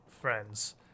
friends